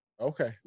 okay